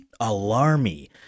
Alarmy